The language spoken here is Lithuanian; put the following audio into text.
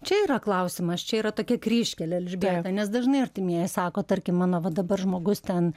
čia yra klausimas čia yra tokia kryžkelė elžbieta nes dažnai artimieji sako tarkim mano va dabar žmogus ten